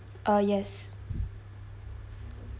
uh yes